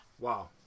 Wow